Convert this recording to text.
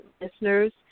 listeners